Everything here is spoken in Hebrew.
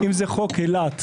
אם זה חוק אילת,